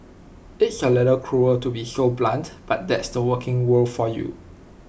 it's A little cruel to be so blunt but that's the working world for you